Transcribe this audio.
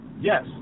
Yes